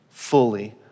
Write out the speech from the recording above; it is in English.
Fully